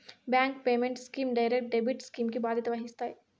bank payment schemes direct debit scheme కి బాధ్యత వహిస్తాయి